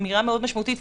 אמירה משמעותית מאוד,